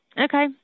Okay